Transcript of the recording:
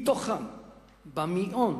מתוכן במאיון